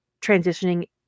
transitioning